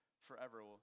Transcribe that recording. forever